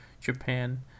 Japan